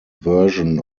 version